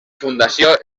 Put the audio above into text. fundació